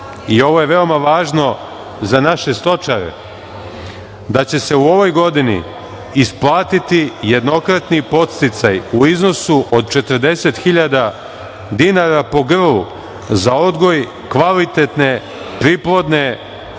ovo je veoma važno za naše stočare, da će se u ovoj godini isplatiti jednokratni podsticaj u iznosu od 40.000 dinara po grlu za odgoj kvalitetne priplodne krave